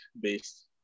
based